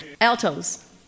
Altos